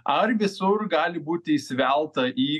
ar visur gali būti įsivelta į